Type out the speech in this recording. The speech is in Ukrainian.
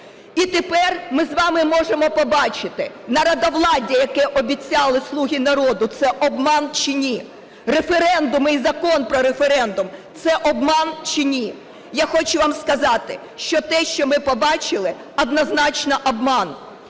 І тепер ми з вами можемо побачити, народовладдя, яке обіцяли "слуги народу", це обман чи ні? Референдум і Закон про референдум – це обман чи ні? Я хочу вам сказати, що те, що ми побачили, – однозначно обман.